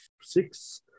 six